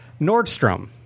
Nordstrom